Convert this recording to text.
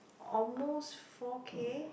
almost four K